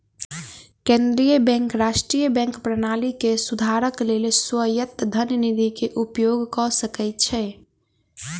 केंद्रीय बैंक राष्ट्रीय बैंक प्रणाली के सुधारक लेल स्वायत्त धन निधि के उपयोग कय सकै छै